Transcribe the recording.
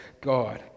God